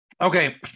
Okay